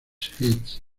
hits